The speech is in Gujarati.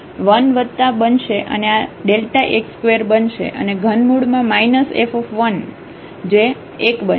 તેથી તે 1 વત્તા બનશે અને આ x2 બનશે અને ઘનમૂળમાં f એ 1 બનશે